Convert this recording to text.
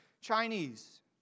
Chinese